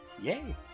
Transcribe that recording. Yay